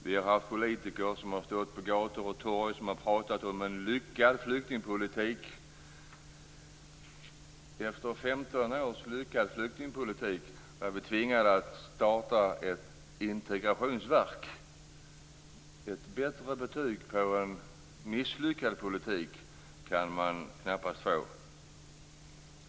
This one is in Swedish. Vi har haft politiker som ute på gator och torg talat om en lyckad flyktingpolitik. Efter 15 års lyckad flyktingpolitik är vi tvingade att starta ett integrationsverk. Ett "bättre" betyg på en misslyckad politik kan man knappast få.